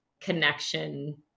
connection